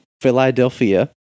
Philadelphia